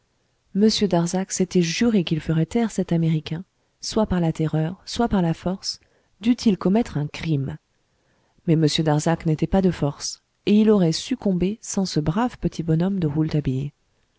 darzac s'était juré qu'il ferait taire cet américain soit par la terreur soit par la force dût-il commettre un crime mais m darzac n'était pas de force et il aurait succombé sans ce brave petit bonhomme de